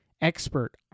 expert